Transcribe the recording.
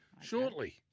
Shortly